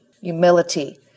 humility